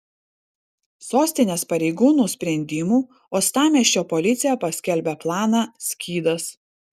sostinės pareigūnų sprendimu uostamiesčio policija paskelbė planą skydas